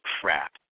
crap